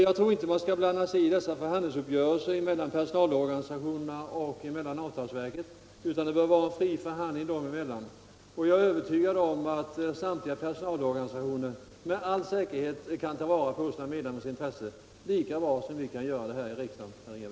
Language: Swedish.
Jag tror inte att man skall blanda sig i förhandlingarna mellan personalorganisationerna och avtalsverket, utan det bör vara fria förhandlingar dem emellan. Och med all säkerhet kan samtliga personalorganisationer tillvarata medlemmarnas intressen lika bra som vi kan göra det här i riksdagen.